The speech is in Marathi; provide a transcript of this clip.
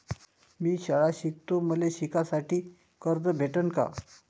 मी शाळा शिकतो, मले शिकासाठी कर्ज भेटन का?